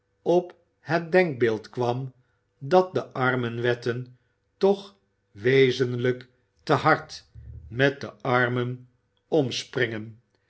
op het denkbeeld kwam dat de armenwetten toch wezenlijk te hard met de armen omspringen